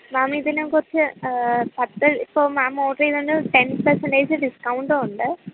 മാം ഇതിനെ കുറിച്ച് പത്ത് ഇപ്പോൾ മാം ഓർഡർ ചെയ്തതിന് ടെൻ പേസെൻറ്റേജ് ഡിസ്കൗണ്ട് ഉണ്ട്